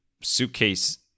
suitcase